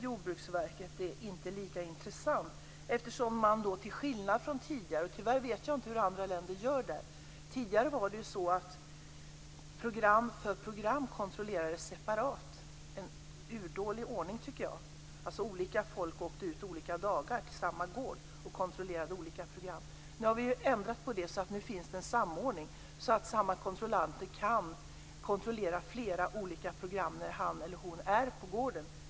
Jordbruksverket bedömer att fjärranalysen inte är lika intressant. Tyvärr vet jag inte hur andra länder gör. Tidigare kontrollerades programmen separat. Det var en urdålig ordning, tycker jag. Olika folk åkte ut olika dagar till samma gård och kontrollerade olika program. Nu är det ändrat så att det finns en samordning. Samma kontrollanter kan kontrollera flera olika program när han eller hon är på gården.